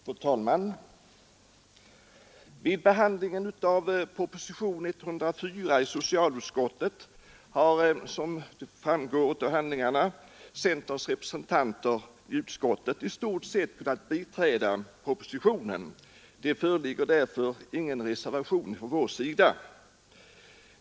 Fru talman! Vid socialutskottets behandling av propositionen 104 har centerns representanter i utskottet, som framgår av handlingarna, i stort sett kunnat biträda propositionen. Det föreligger därför ingen reservation från vår sida.